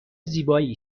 زیبایی